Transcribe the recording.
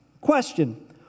Question